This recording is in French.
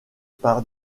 par